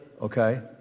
okay